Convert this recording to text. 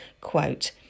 quote